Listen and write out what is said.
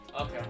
Okay